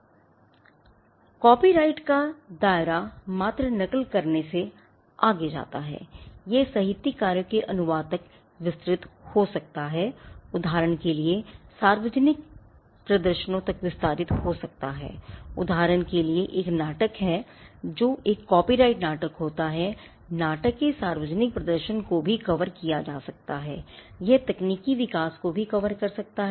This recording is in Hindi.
सही कॉपीराइट का दायरा मात्र नक़ल करने से आगे जाता है यह साहित्यिक कार्यों के अनुवाद तक विस्तृत हो सकता है यह सार्वजनिक प्रदर्शनों तक विस्तारित हो सकता हैउदाहरण के लिए एक नाटक है जो एक कॉपीराइट नाटक हैउस नाटक के सार्वजनिक प्रदर्शन को भी कवर किया जा सकता है यह तकनीकी विकास को भी कवर कर सकता है